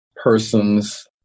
persons